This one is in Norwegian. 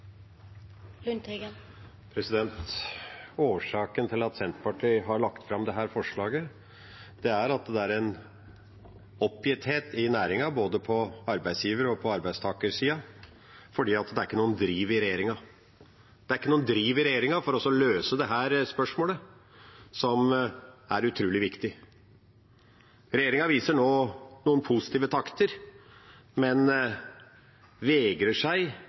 Årsaken til at Senterpartiet har lagt fram dette forslaget, er at det er en oppgitthet i næringen både på arbeidsgiversida og på arbeidstakersida fordi det ikke er noen driv i regjeringa – det er ikke noen driv i regjeringa for å løse dette spørsmålet, som er utrolig viktig. Regjeringa viser nå noen positive takter, men vegrer seg